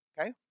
okay